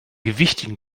gewichtigen